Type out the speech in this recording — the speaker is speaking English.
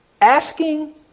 Asking